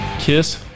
kiss